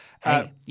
Hey